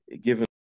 given